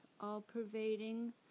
all-pervading